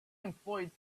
employed